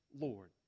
Lord